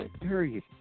period